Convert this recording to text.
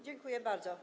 Dziękuję bardzo.